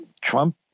trump